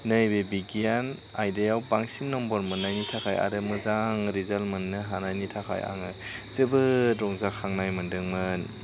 नैबे बिगियान आयदायाव बांसिन नम्बर मोननायनि थाखाय आरो आरो मोजां रिजाल मोननायनि थाखाय आङो जोबोर रंजाखांनाय मोनदोंमोन